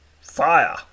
Fire